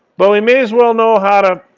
but we may as well know how to